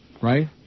Right